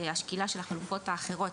השקילה של החלופות האחרות,